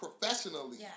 professionally